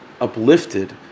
uplifted